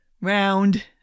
round